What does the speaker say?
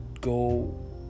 go